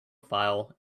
file